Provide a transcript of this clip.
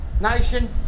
nation